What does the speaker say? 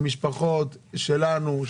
אלו משפחות שלנו,